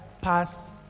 pass